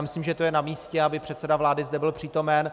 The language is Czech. Myslím, že to je namístě, aby předseda vlády zde byl přítomen.